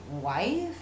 wife